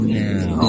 now